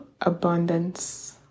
abundance